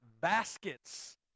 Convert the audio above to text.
baskets